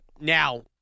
Now